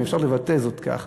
אם אפשר לבטא זאת כך,